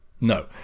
No